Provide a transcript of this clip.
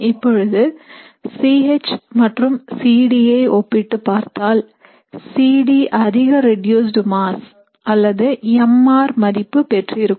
இப்பொழுது C H மற்றும் C D ஐ ஒப்பிட்டு பார்த்தால் C D அதிக reduced mass அல்லது mr மதிப்பு பெற்றிருக்கும்